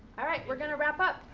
alright, we're gonna wrap up.